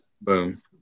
Boom